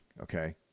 okay